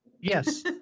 Yes